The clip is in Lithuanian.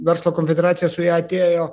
verslo konfederacija su ja atėjo